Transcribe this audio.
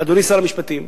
אדוני שר המשפטים,